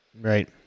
Right